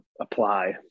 apply